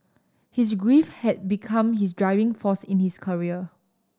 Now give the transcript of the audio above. his grief had become his driving force in his career